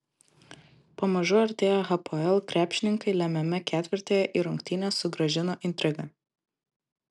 pamažu artėję hapoel krepšininkai lemiame ketvirtyje į rungtynes sugrąžino intriga